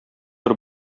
бер